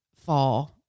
fall